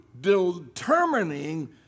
determining